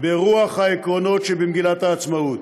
ברוח העקרונות שבמגילת העצמאות.